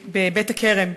בבית-הכרם,